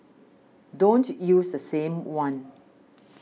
don't use the same one